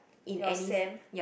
your Sam